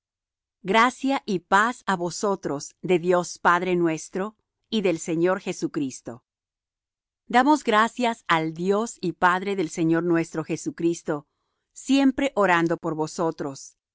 gracia y paz á vosotros de dios padre nuestro y del señor jesucristo damos gracias al dios y padre del señor nuestro jesucristo siempre orando por vosotros